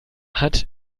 hat